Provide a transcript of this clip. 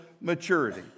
maturity